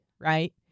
right